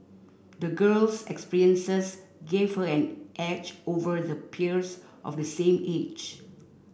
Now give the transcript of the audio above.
the girl's experiences gave her an edge over the peers of the same age